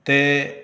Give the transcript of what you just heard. तें